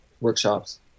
workshops